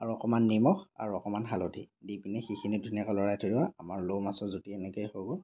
আৰু অকণমান নিমখ আৰু অকণমান হালধি দি পিনি সেইখিনি ধুনীয়াকৈ লৰাই থৈ দিব আমাৰ ৰৌ মাছৰ জুতি এনেকৈয়ে হৈ গ'ল